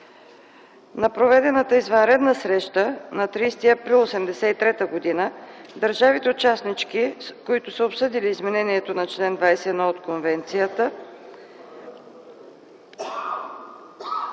На проведената извънредна среща на 30 април 1983 г. държавите – участнички, които са обсъдили изменението на чл. ХХІ от Конвенцията